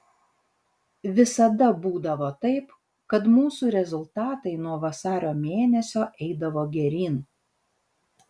visada būdavo taip kad mūsų rezultatai nuo vasario mėnesio eidavo geryn